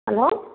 hello